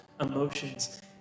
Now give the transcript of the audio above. emotions